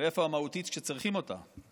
ואיפה המהותית כשצריכים אותה?